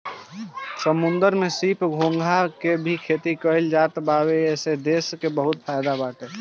समुंदर में सीप, घोंघा के भी खेती कईल जात बावे एसे देश के बहुते फायदा बाटे